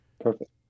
Perfect